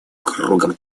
кругом